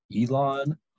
Elon